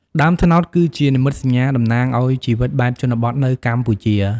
ដើមត្នោតគឺជានិមិត្តសញ្ញាតំណាងឱ្យជីវិតបែបជនបទនៅកម្ពុជា។